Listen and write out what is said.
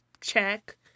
check